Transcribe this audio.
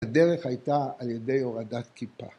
‫הדרך הייתה על ידי הורדת כיפה.